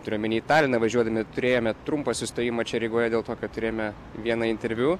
turiu omeny taliną važiuodami turėjome trumpą sustojimą čia rygoje dėl to kad turėjome vieną interviu